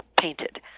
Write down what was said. painted